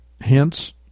hence